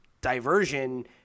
diversion